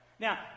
Now